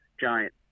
giant